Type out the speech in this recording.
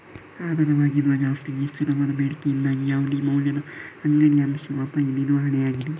ಆಧಾರವಾಗಿರುವ ಆಸ್ತಿಗೆ ಸ್ಥಿರವಾದ ಬೇಡಿಕೆಯಿಂದಾಗಿ ಯಾವುದೇ ಮೌಲ್ಯದ ಅಂಗಡಿಯ ಅಂಶವು ಅಪಾಯ ನಿರ್ವಹಣೆಯಾಗಿದೆ